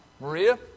Maria